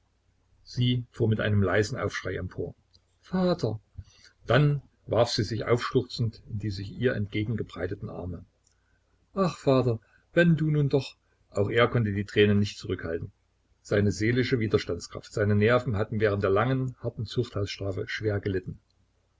sie fuhr mit einem leisen aufschrei empor vater dann warf sie sich aufschluchzend in die sich ihr entgegenbreitenden arme ach vater wenn du nun doch auch er konnte die tränen nicht zurückhalten seine seelische widerstandskraft seine nerven hatten während der langen harten zuchthaushaft schwer gelitten